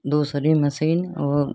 दूसरी मशीन और